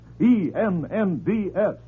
E-N-N-D-S